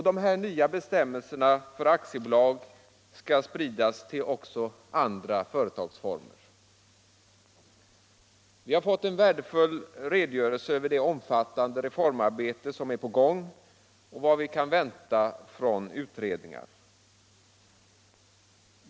Dessa nya bestämmelser för aktiebolag skall spridas även till andra företagsformer. Vi har fått en värdefull redogörelse över det omfattande reformarbete som är på gång och vad vi kan vänta från utredningar.